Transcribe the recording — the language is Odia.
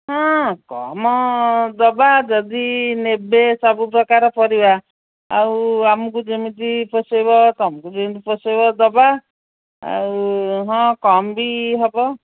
ହଁ କମ୍ ଦବା ଯଦି ନେବେ ସବୁ ପ୍ରକାର ପରିବା ଆଉ ଆମକୁ ଯେମିତି ପୋଷେଇବ ତମକୁ ଯେମିତି ପଷେଇବ ଦବା ଆଉ ହଁ କମ୍ବି ହବ